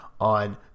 on